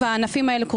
והענפים האלה קורסים.